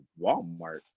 Walmart